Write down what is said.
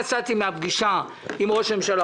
יצאתי אופטימי מן הפגישה עם ראש הממשלה,